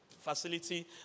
facility